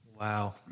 Wow